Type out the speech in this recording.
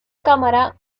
cámara